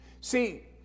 See